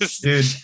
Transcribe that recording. dude